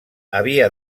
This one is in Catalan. havia